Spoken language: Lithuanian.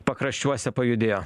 pakraščiuose pajudėjo